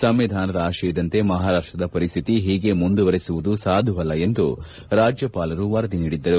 ಸಂವಿಧಾನದ ಆಶಯದಂತೆ ಮಹಾರಾಷ್ಷದ ಪರಿಸ್ಥಿತಿ ಹೀಗೆ ಮುಂದುವರೆಸುವುದು ಸಾಧುವಲ್ಲ ಎಂದು ರಾಜ್ಲಪಾಲರು ವರದಿ ನೀಡಿದ್ದರು